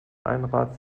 einrad